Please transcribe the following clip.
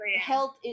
health